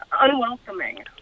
unwelcoming